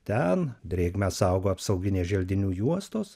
ten drėgmę saugo apsauginės želdinių juostos